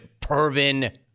Pervin